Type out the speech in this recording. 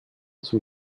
zum